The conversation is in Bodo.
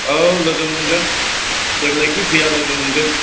औ लोगो मोनगोन जेब्लायखि फैया लोगो मोनगोन